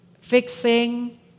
Fixing